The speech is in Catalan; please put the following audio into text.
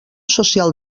social